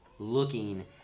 looking